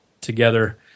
together